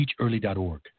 teachearly.org